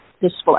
display